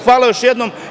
Hvala još jednom.